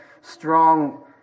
strong